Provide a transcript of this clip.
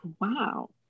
Wow